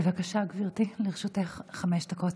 בבקשה, גברתי, לרשותך חמש דקות.